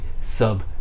sub-